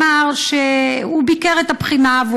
שביקר את הבחינה.